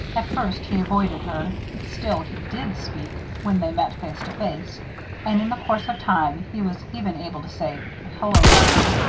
at first he avoided her still, he did speak, when they met face to face and, in the course of time, he was even able to say, hello, jeanne!